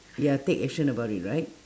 ya take action about it right